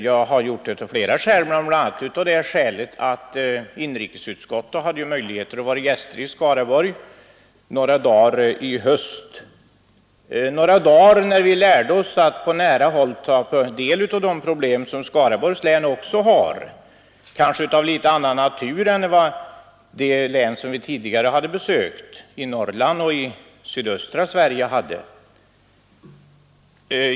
Jag har gjort det av flera skäl, bl.a. av det skälet att inrikesutskottets ledamöter hade möjlighet att vara gäster i Skaraborgs län några dagar i höstas — några dagar då vi på nära håll fick ta del av de problem som Skaraborgs län har och som kanske är av litet annan natur än problemen i de län som vi tidigare besökt i Norrland och i sydöstra Sverige.